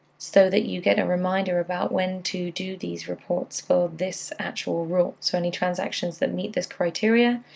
so that you get a reminder about when to do these reports for this actual rule. so any transactions that meet this criteria,